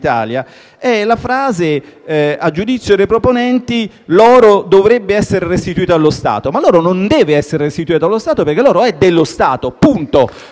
dice che, a giudizio dei proponenti, l'oro dovrebbe essere restituito allo Stato. Ma l'oro non deve essere restituito allo Stato, perché l'oro è dello Stato.